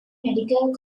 medical